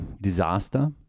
disaster